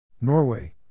Norway